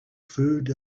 food